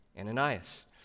Ananias